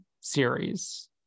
series